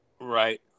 Right